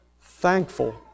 thankful